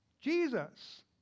Jesus